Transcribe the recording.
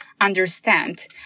understand